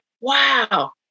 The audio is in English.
Wow